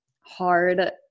hard